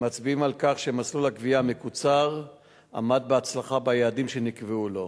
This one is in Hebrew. מצביעים על כך שמסלול הגבייה המקוצר עמד בהצלחה ביעדים שנקבעו לו.